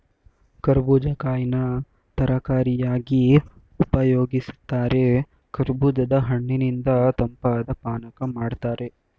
ಕರ್ಬೂಜ ಕಾಯಿನ ತರಕಾರಿಯಾಗಿ ಉಪಯೋಗಿಸ್ತಾರೆ ಕರ್ಬೂಜದ ಹಣ್ಣಿನಿಂದ ತಂಪಾದ್ ಪಾನಕ ಮಾಡ್ತಾರೆ